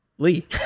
Lee